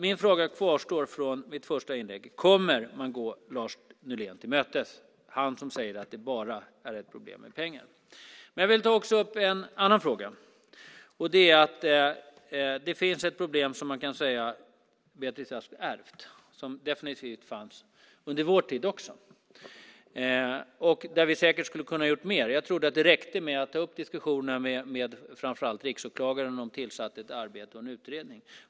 Min fråga från mitt första inlägg kvarstår: Kommer man att gå Lars Nylén till mötes - han som säger att det bara är ett problem med pengar? Jag vill också ta upp en annan fråga. Det finns ett problem som man kan säga att Beatrice Ask har ärvt. Det fanns definitivt under vår tid också, och vi skulle säkert ha kunnat göra mer. Jag trodde att det räckte med att ta upp diskussionerna med framför allt riksåklagaren om att starta ett arbete och en utredning.